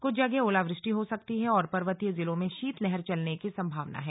कुछ जगह ओलावृष्टि हो सकती है और पर्वतीय जिलों में शीतलहर चलने की संभावना है